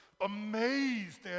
amazed